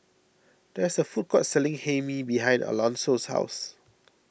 there is a food court selling Hae Mee behind Alonso's house